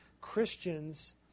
Christians